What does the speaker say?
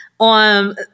on